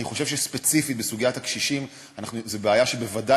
אני חושב שספציפית סוגיית הקשישים היא בעיה שוודאי